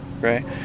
Right